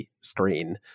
screen